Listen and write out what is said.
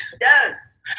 Yes